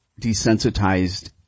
desensitized